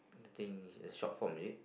think is the short form is it